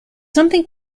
something